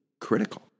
critical